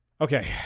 Okay